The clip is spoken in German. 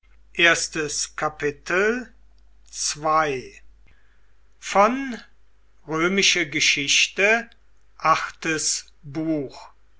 mommsen's römische geschichte